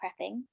prepping